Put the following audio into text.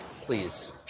Please